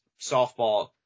softball